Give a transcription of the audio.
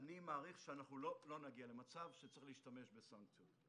אני מעריך שלא נגיע למצב שצריך להשתמש בסנקציות.